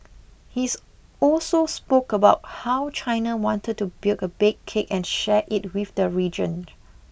he's also spoke about how China wanted to build a big cake and share it with the region